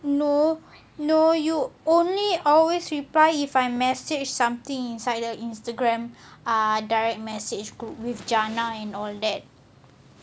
no no you only always reply if I message something inside the instagram ah direct message group with jannah and all that